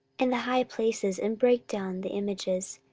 and the high places, and brake down the images,